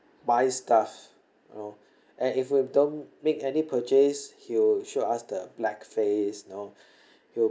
buy stuff you know and if you don't make any purchase he'll show us the black face you know he'll